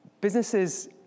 Businesses